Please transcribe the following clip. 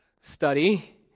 study